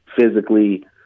physically